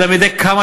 מדי כמה